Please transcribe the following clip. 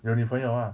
有女朋友吗